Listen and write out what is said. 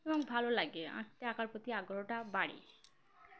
এবং ভালো লাগে আঁকতে আঁকার প্রতি আগ্রহটা বাড়ে